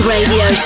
Radio